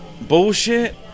bullshit